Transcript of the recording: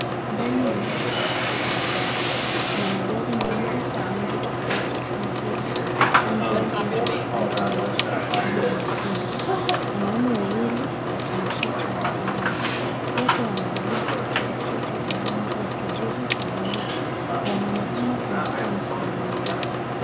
Ndani ya nyumba ya kuuza magari, kuna magari mengi ya rangi tofauti kama vile rangi ya fedha, rangi nyeusi, rangi nyekundu. Wanaume wawili watanashati wamesimama. Wote wamevalia koti za suti za rangi ya kijivu na bluu. Wanaonekana kana kwamba wanaongea.